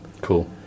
cool